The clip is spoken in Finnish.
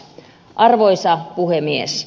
arvoisa puhemies